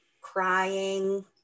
crying